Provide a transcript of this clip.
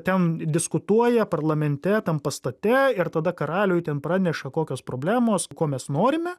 ten diskutuoja parlamente tam pastate ir tada karaliui ten praneša kokios problemos ko mes norime